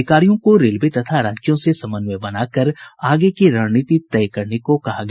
अधिकारियों को रेलवे तथा राज्यों से समन्वय बनाकर आगे की रणनीति तय करने को कहा गया